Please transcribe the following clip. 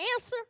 answer